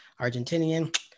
Argentinian